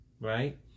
right